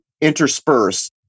intersperse